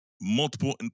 Multiple